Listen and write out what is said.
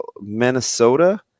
Minnesota